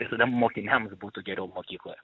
tai tada mokiniams būtų geriau mokykloje